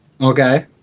Okay